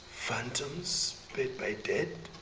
phantoms paid by dead